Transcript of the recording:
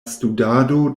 studado